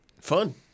Fun